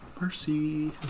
Mercy